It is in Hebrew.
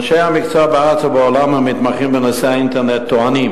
אנשי המקצוע בארץ ובעולם המתמחים בנושא האינטרנט טוענים